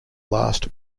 last